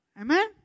Amen